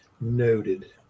Noted